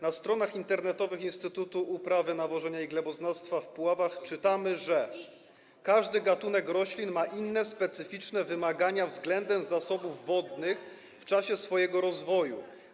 Na stronach internetowych Instytutu Uprawy, Nawożenia i Gleboznawstwa w Puławach czytamy, że każdy gatunek roślin ma inne, specyficzne wymagania względem zasobów wodnych w czasie swojego rozwoju.